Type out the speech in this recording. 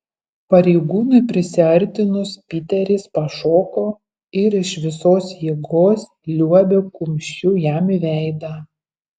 pareigūnui prisiartinus piteris pašoko ir iš visos jėgos liuobė kumščiu jam į veidą